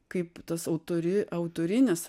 kaip tas autori autorinis